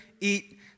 eat